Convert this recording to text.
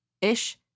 ish